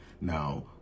Now